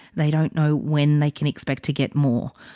they don't know when they can expect to get more.